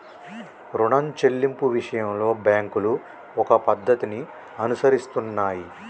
రుణం చెల్లింపు విషయంలో బ్యాంకులు ఒక పద్ధతిని అనుసరిస్తున్నాయి